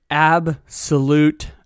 absolute